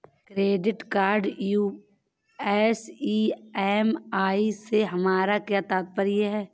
Credit card US EMI से हमारा क्या तात्पर्य है?